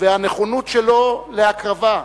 והנכונות שלו להקרבה,